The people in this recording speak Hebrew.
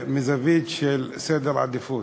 מזווית של סדר עדיפויות.